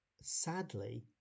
sadly